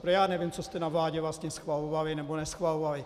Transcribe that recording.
Protože já nevím, co jste na vládě vlastně schvalovali nebo neschvalovali.